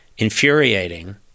infuriating